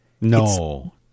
No